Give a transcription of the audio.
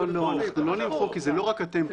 לא, אנחנו לא נמחק כי זה לא רק אתם פה.